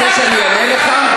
אתה רוצה שאני אענה לך?